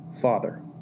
father